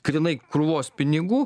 grynai krūvos pinigų